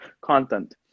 content